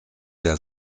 der